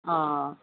ও